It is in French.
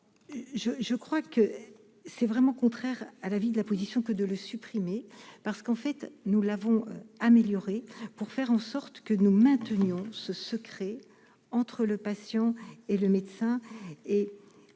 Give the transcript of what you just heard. je crois que c'est vraiment contraire à la vie de la position que de le supprimer, parce qu'en fait, nous l'avons améliorée pour faire en sorte que nous maintenions ce secret entre le patient et le médecin,